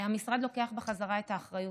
המשרד לוקח בחזרה את האחריות.